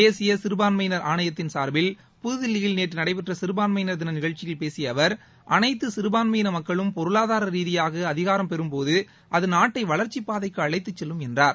தேசிய சிறுபான்மையினர் ஆணையத்தின் சார்பில் புதுதில்லியில் நேற்று நடைபெற்ற சிறுபான்மையினர் தின நிகழ்ச்சியில் பேசிய அவர் அனைத்து சிறுபான்மையின மக்களும் பொருளாதார ரீதியாக அதிகாரம் பெறும்போது அது நாட்டை வளர்ச்சிப் பாதைக்கு அழைத்துச் செல்லும் என்றார்